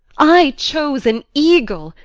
i chose an eagle,